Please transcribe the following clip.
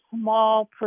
small